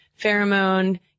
pheromone